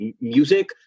music